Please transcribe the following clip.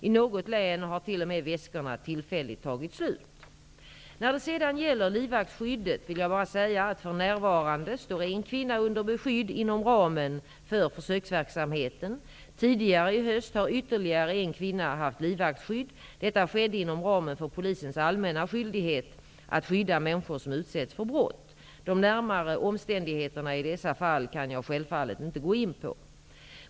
I något län har väskorna t.o.m. tillfälligt tagit slut. När det sedan gäller livvaktsskyddet vill jag bara säga att för närvarande står en kvinna under beskydd inom ramen för försöksverksamheten. Tidigare i höst har ytterligare en kvinna haft livvaktsskydd. Det skedde inom ramen för polisens allmänna skyldighet att skydda människor som utsätts för brott. De närmare omständigheterna i dessa fall kan jag självfallet inte gå in på.